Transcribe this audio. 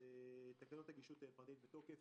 תקנות נגישות פרטנית הן בתוקף.